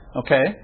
okay